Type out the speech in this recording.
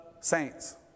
saints